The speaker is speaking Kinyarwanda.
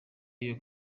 iyo